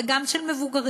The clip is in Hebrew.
וגם של מבוגרים.